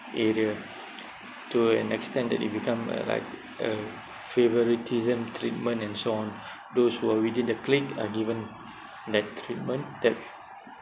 area to an extend that it become uh like a favouritism treatment and so on those who are within the clique are given that treatment that